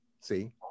See